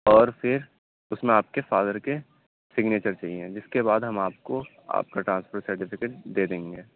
اور پھر اُس میں آپ کے فادر کی سگنیچر چاہیے جس کے بعد ہم آپ کو آپ کا ٹرانسفر سرٹیفکیٹ دے دیں گے